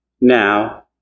now